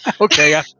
Okay